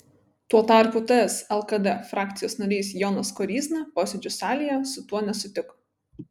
tuo tarpu ts lkd frakcijos narys jonas koryzna posėdžių salėje su tuo nesutiko